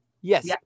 Yes